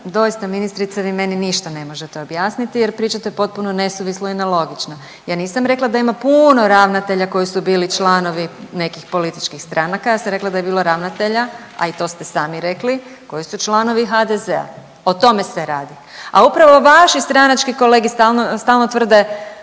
doista ministrice vi meni ništa ne možete objasniti jer pričate potpuno nesuvislo i nelogično. Ja nisam rekla da ima puuuno ravnatelja koji su bili članovi nekih političkih stranaka, ja sam rekla da je bilo ravnatelja, a i to ste sami rekli koji su članovi HDZ-a o tome se radi. A upravo vaši stranački kolege stalno tvrde